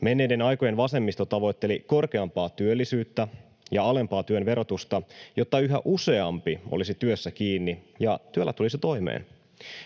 Menneiden aikojen vasemmisto tavoitteli korkeampaa työllisyyttä ja alempaa työn verotusta, jotta yhä useampi olisi työssä kiinni ja työllä tulisi toimeen.